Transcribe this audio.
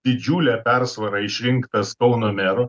didžiule persvara išrinktas kauno meru